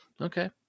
Okay